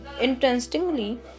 Interestingly